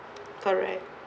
correct